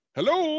Hello